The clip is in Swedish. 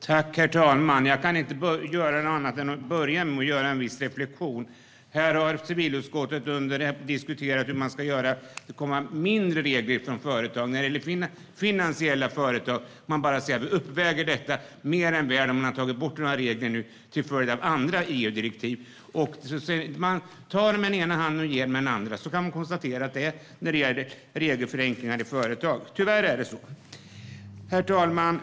Herr talman! Jag kan inte börja med annat än en viss reflektion. Här har civilutskottet just diskuterat hur de ska göra för att det ska bli mindre regler för företag. De tar bort regler. Men när det gäller finansiella företag uppväger vi detta mer än väl till följd av andra EU-direktiv. Man tar med ena handen och ger med den andra. Så är det när det gäller regelförenklingar i företag, tyvärr. Herr talman!